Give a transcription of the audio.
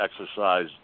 exercise